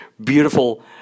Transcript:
beautiful